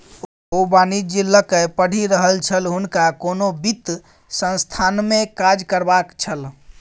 ओ वाणिज्य लकए पढ़ि रहल छल हुनका कोनो वित्त संस्थानमे काज करबाक छल